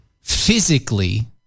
physically